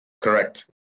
correct